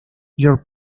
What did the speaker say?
your